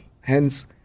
Hence